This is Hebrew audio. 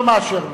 אני לא מאשר לו.